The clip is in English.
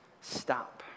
stop